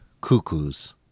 cuckoos